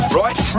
right